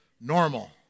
normal